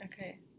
Okay